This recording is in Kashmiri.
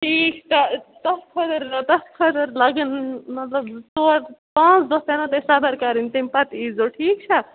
ٹھیٖک تَتھ فٕرر تَتھ فَرر لَگن مطلب ژور پانٛژھ دۄہ تامٮ۪تھ ٲسۍ صبر کَرٕنۍ تمہِ پتہٕ اِزیو ٹھیٖک چھَا